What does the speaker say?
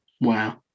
Wow